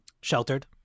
Sheltered